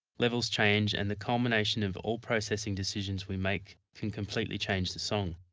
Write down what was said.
levels change and the culmination of all processing decisions we make can completely change the song.